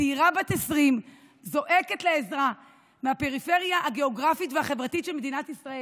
צעירה בת 20 מהפריפריה הגיאוגרפית והחברתית של מדינת ישראל,